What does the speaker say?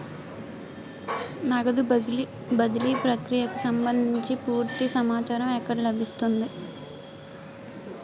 నగదు బదిలీ ప్రక్రియకు సంభందించి పూర్తి సమాచారం ఎక్కడ లభిస్తుంది?